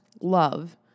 love